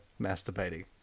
masturbating